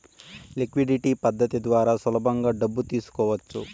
liquidity పద్ధతి ద్వారా సులభంగా డబ్బు తీసుకోవచ్చు